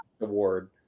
award